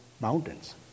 mountains